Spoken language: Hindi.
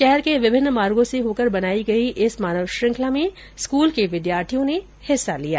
शहर के विभिन्न मार्गो से होकर बनाई गई इस मानव श्रंखला में स्कूल के विद्यार्थियों ने हिस्सा लिया